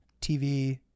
TV